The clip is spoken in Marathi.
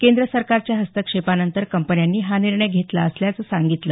केंद्र सरकारच्या हस्तक्षेपानंतर कंपन्यांनी हा निर्णय घेत असल्याचं सांगितलं